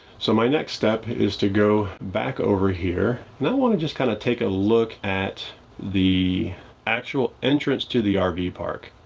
so my next step is to go back over here and i want to just kind of take a look at the actual entrance to the ah rv park.